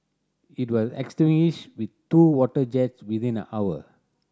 it was extinguished with two water jets within an hour